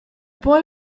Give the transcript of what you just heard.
boy